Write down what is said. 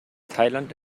thailand